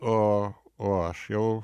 o o aš jau